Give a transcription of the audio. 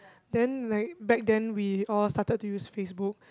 then like back then we all started to use Facebook